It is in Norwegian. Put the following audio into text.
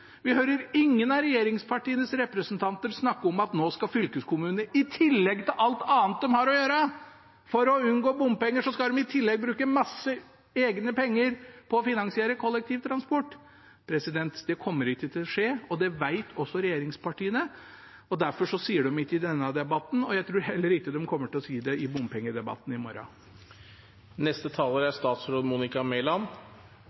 Vi hører ingen av regjeringspartienes representanter snakke om at fylkeskommunene nå, for å unngå bompenger, i tillegg til alt annet de har å gjøre, skal bruke masse egne penger på å finansiere kollektivtransport. Det kommer ikke til å skje. Det vet også regjeringspartiene. Derfor sier de det ikke i denne debatten, og jeg tror heller ikke de kommer til å si det i bompengedebatten i